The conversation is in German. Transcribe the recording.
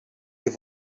ihr